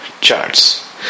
charts